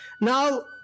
Now